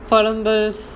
is the